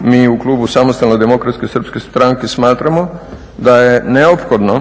mi u klubu samostalne demokratske srpske stranke smatramo da je neophodno